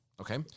Okay